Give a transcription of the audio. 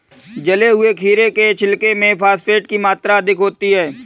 जले हुए खीरे के छिलके में फॉस्फेट की मात्रा अधिक होती है